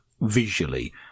visually